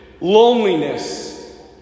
loneliness